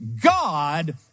God